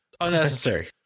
Unnecessary